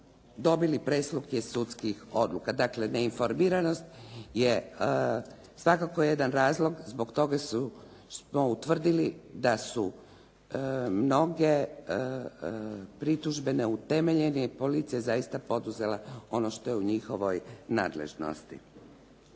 dobili preslike sudskih odluka. Dakle, neinformiranost je svakako jedan razlog. Zbog toga smo utvrdili da su mnoge pritužbe neutemeljene i policija je zaista poduzela ono što je u njihovoj nadležnosti.